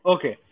Okay